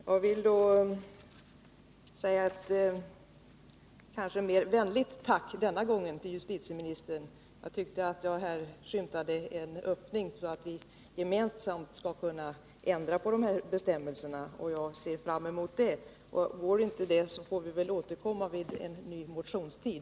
Herr talman! Jag vill denna gång säga ett mer vänligt tack till justitieministern. Jag tyckte att jag här skymtade en öppning, så att vi gemensamt skall kunna ändra dessa bestämmelser, och jag ser fram mot det. Går det inte får vi väl återkomma vid en ny motionstid.